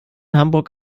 hamburg